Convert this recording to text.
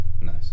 Nice